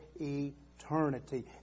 eternity